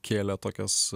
kėlė tokias